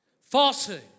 Falsehood